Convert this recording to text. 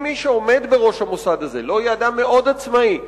אם מי שעומד בראש המוסד הזה לא יהיה אדם מאוד עצמאי,